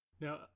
Now